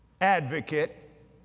advocate